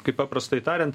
kaip paprastai tariant